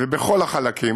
ובכל החלקים.